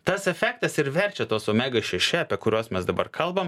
tas efektas ir verčia tuos omega šeši apie kuriuos mes dabar kalbam